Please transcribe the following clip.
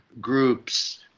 groups